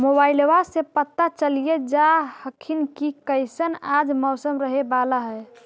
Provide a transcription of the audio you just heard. मोबाईलबा से पता चलिये जा हखिन की कैसन आज मौसम रहे बाला है?